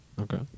Okay